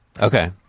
Okay